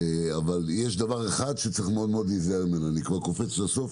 אבל יש דבר אחד שיש להיזהר ממנו מאוד אני קופץ לסוף